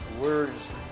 words